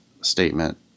statement